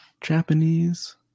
Japanese